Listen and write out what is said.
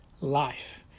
Life